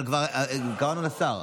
כבר קראנו לשר.